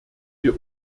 wir